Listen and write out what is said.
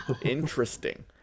interesting